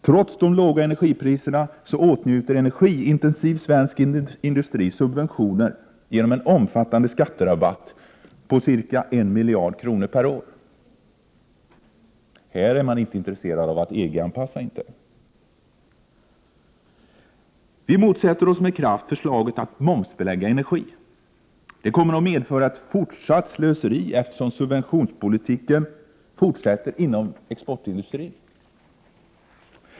Trots de låga energipriserna åtnjuter energiintensiv svensk industri subventioner genom en omfattande skatterabatt på cirka en miljard kronor per år. Här är man inte intresserad att EG-anpassa! Vi motsätter oss med kraft förslaget att momsbelägga energi. Det kommer att medföra ett fortsatt slöseri, eftersom subventionspolitiken fortsätter för exportindustrin.